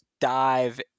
dive